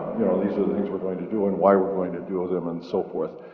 you know these are the things we're going to do and why we're going to do them and so forth.